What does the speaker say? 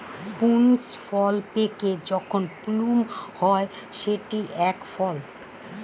prunes ফল পেকে যখন প্লুম হয় সেটি এক ফল